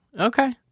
Okay